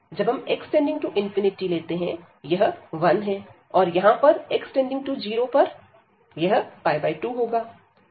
जब x यह 1 है और यहां पर x0 तब यह 2होगा